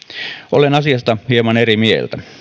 olen asiasta hieman eri mieltä